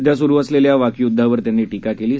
सध्या सुरू असलेल्या वाकयुध्दावर त्यांनी टीका केली